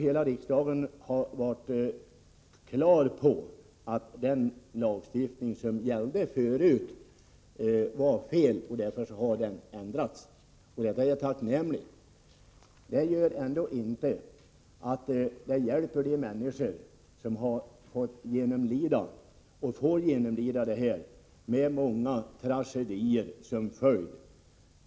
Hela riksdagen var på det klara med att den tidigare lagstiftningen var felaktig, och därför har den också ändrats. Detta är tacknämligt. Men det hjälper ändå inte de människor som har fått och får genomlida konsekvenserna av konkursen, med många tragedier som följd.